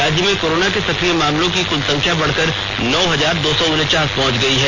राज्य में कोरोना के सक्रिय मामलों की कुल संख्या बढ़कर नौ हजार दो सौ उनचास पहुंच गई है